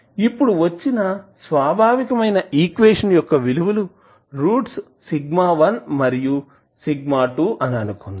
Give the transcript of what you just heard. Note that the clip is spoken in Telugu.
ఇప్పుడు వచ్చిన స్వభావికమైన ఈక్వేషన్ యొక్క విలువలు రూట్స్ σ1 మరియు σ2 అని అనుకుందాం